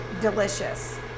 delicious